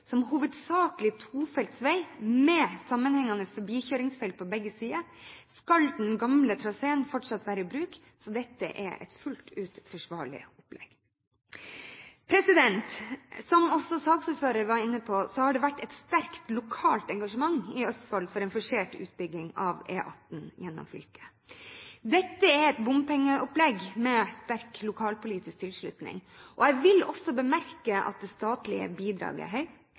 som hovedsakelig tofelts vei med sammenhengende forbikjøringsfelt på begge sider, skal den gamle traseen fortsatt være i bruk. Så dette er et fullt ut forsvarlig opplegg. Som saksordføreren også var inne på, har det vært et sterkt lokalt engasjement i Østfold for en forsert utbygging av E18 gjennom fylket. Dette er et bompengeopplegg med sterk lokalpolitisk tilslutning. Jeg vil også bemerke at det statlige bidraget er